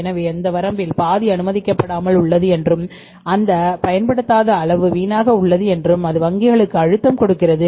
எனவே அந்த வரம்பில் பாதி பயன்படுத்தப்படாமல் உள்ளது என்றும் அந்த பயன்படுத்தாதஅளவு வீணாக உள்ளது என்றும் அது வங்கிகளுக்கு அழுத்தம் கொடுக்கிறது